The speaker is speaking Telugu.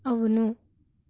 అవును